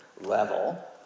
level